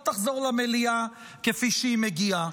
לא תחזור למליאה כפי שהיא מגיעה.